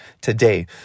today